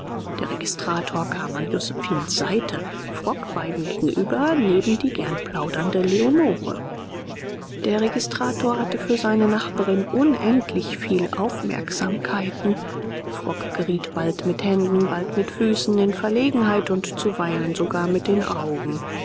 der registrator kam an josephinens seite frock beiden gegenüber neben die gern plaudernde leonore der registrator hatte für seine nachbarin unendlich viel aufmerksamkeiten frock geriet bald mit händen bald mit füßen in verlegenheit und zuweilen sogar mit den augen